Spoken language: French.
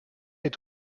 est